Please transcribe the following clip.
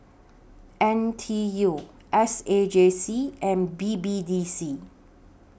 N T U S A J C and B B D C